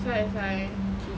that's why that's why